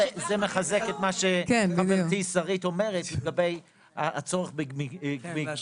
זה מחזק את מה שחברתי שרית אומרת לגבי הצורך בגמישות.